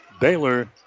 Baylor